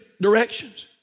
directions